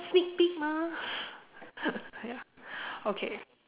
sneak peek mah ya okay